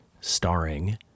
starring